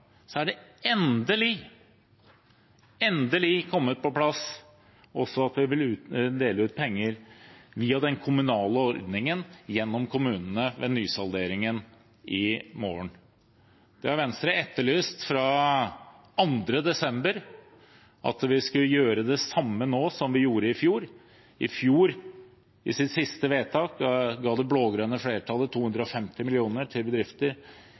er det endelig – endelig – kommet på plass at en også vil dele ut penger via den kommunale ordningen, gjennom kommunene, ved nysalderingen i morgen. Det har Venstre etterlyst fra 2. desember, at vi skulle gjøre det samme nå som vi gjorde i fjor. I fjor, i sitt siste vedtak, ga det blå-grønne flertallet 250 mill. kr til bedrifter